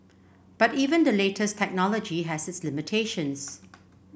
but even the latest technology has its limitations